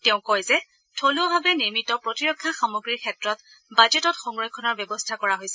তেওঁ কয় যে থলুৱাভাৱে নিৰ্মিত প্ৰতিৰক্ষা সামগ্ৰীৰ ক্ষেত্ৰত বাজেটত সংৰক্ষণৰ ব্যৱস্থা কৰা হৈছে